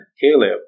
Caleb